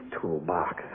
toolbox